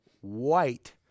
white